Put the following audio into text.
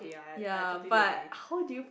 ya but how do you